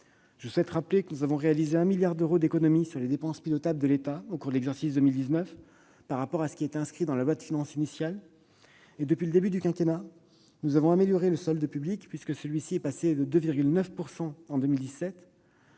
Je souhaite rappeler que nous avons réalisé 1 milliard d'euros d'économie sur les dépenses pilotables de l'État au cours de l'exercice 2019, par rapport à ce qui était inscrit dans la loi de finances initiale. Depuis le début du quinquennat, nous avons amélioré le solde public. Le déficit est passé de 2,9 % du